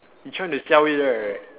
he trying to sell it right